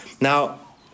Now